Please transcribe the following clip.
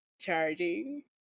charging